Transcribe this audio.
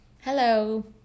Hello